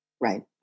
Right